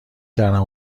درهم